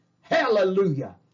Hallelujah